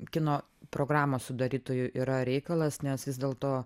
kino programos sudarytojų yra reikalas nes vis dėlto